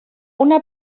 una